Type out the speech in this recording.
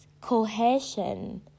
cohesion